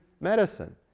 medicine